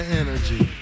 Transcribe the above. energy